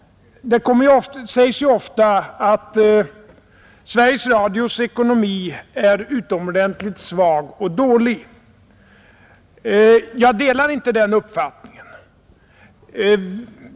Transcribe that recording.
Det sägs ofta att Sveriges Radios ekonomi är utomordentligt svag och dålig. Jag delar inte den uppfattningen.